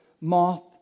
moth